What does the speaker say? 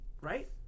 right